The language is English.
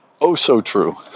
oh-so-true